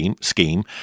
scheme